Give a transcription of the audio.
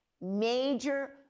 major